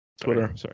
Twitter